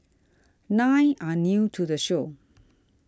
nine are new to the show